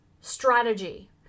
strategy